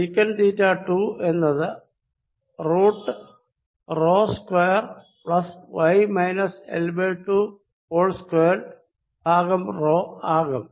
secant theta 2 എന്നത് root rho square plus y minus L by two whole squared ഭാഗം rho ആകും